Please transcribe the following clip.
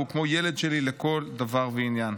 והוא כמו ילד שלי לכל דבר ועניין.